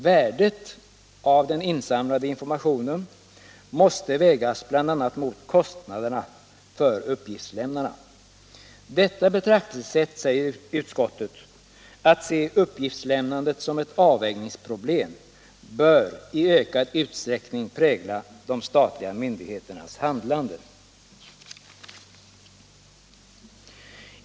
Värdet av den insamlade informationen måste vägas mot bl.a. kostnaderna för uppgiftslämnarna. Detta betraktelsesätt, säger utskottet, att se uppgiftslämnandet som ett avvägningsproblem, bör i ökad usträckning prägla de statliga myndigheternas handlande.